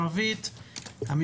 צהריים טובים לכולם,